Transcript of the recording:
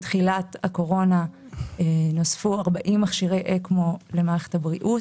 מתחילת הקורונה נוספו 40 מכשירי אקמו למערכת הבריאות.